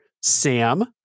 Sam